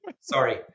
sorry